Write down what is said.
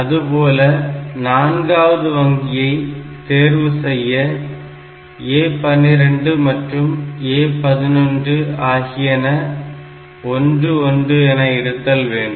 அதுபோல நான்காவது வங்கியை தேர்வு செய்ய A12 மற்றும் A11 ஆகியன 11 என இருத்தல் வேண்டும்